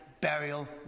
burial